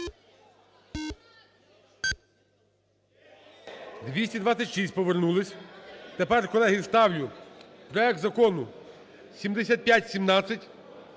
За-226 Повернулись. Тепер, колеги, ставлю проект Закону 7517,